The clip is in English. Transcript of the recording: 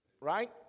right